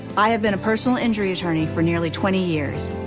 i have been a personal injury attorney for nearly twenty years.